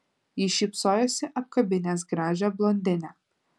jis šypsojosi apkabinęs gražią blondinę